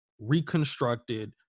reconstructed